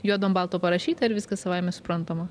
juodu ant balto parašyta ir viskas savaime suprantama